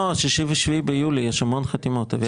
לא, 6 ו-7 ביולי, יש המון חתימות, אביעד.